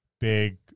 big